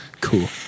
cool